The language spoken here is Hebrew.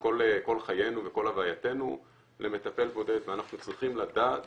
את כל חיינו וכל הווייתנו למטפל בודד ואנחנו צריכים לדעת